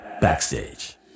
Backstage